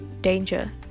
danger